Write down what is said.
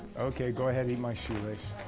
okay go ahead eat my shoe lace.